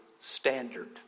standard